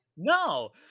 No